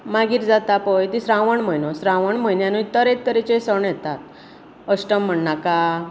मागीर जाता पळय तो श्रावण म्हयनो श्रावण म्हयन्यांतूय तरे तरेचे सण येतात अश्टम म्हण नाका